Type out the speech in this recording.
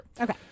Okay